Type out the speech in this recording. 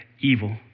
evil